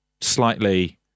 slightly